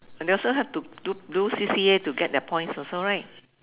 and they also have to do do C_C_A to get their points also right